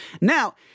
Now